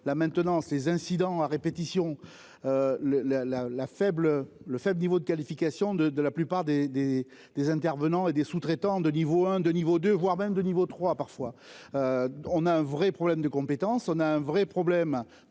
la maintenant. Ces incidents à répétition. Le la la la faible le faible niveau de qualification de de la plupart des des des intervenants et des sous-traitants de niveau 1 de niveau de voire même de niveau 3 parfois. On a un vrai problème de compétence, on a un vrai problème